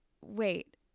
wait